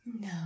No